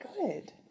good